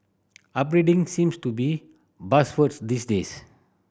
upgrading seems to be buzzword these days